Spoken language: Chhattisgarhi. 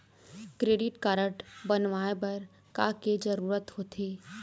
क्रेडिट कारड बनवाए बर का के जरूरत होते?